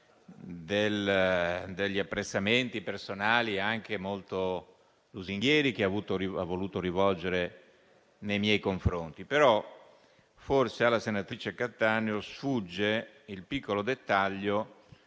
gli apprezzamenti personali, anche molto lusinghieri, che ha voluto rivolgermi. Forse però alla senatrice Cattaneo sfugge il piccolo dettaglio